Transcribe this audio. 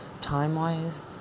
time-wise